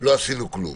לא עשינו כלום.